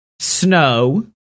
snow